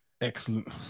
Excellent